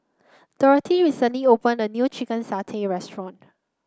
Dorathy recently opened a new Chicken Satay Restaurant